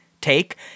take